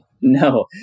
No